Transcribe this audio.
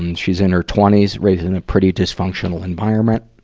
and she's in her twenty s, raised in a pretty dysfunctional environment.